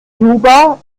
juba